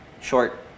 short